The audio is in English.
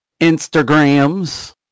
Instagrams